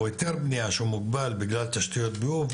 או היתר בנייה שהוא מוגבל בגלל תשתיות ביוב,